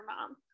mom